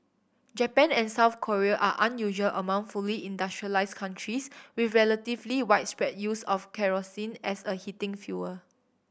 Japan and South Korea are unusual among fully industrialised countries with relatively widespread use of kerosene as a heating fuel